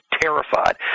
terrified